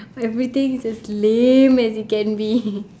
everything is just lame as it can be